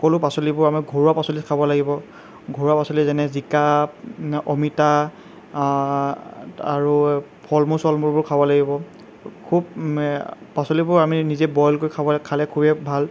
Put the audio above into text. সকলো পাচলিবোৰ আমি ঘৰুৱা পাচলি খাব লাগিব ঘৰুৱা পাচলি যেনে জিকা অমিতা আৰু ফল মূল চল মূলবোৰ খাব লাগিব খুব পাচলিবোৰ আমি নিজে বইল কৰি খাবলৈ খালে খুবেই ভাল